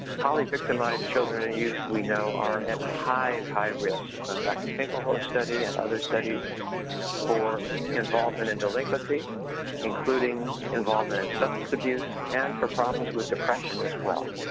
poly-victimized children and youth we know are at high, high risk from dr. finkelhor's study and other studies for involvement in delinquency including involvement in substance abuse and for problems with depression as well.